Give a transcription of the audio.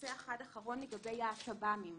נושא אחרון, לגבי הטב"מים.